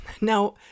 Now